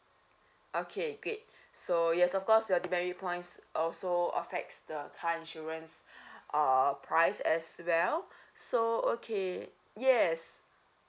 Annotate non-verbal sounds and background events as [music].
okay great so yes of course your demerit points also affects the car insurance [breath] uh price as well so okay yes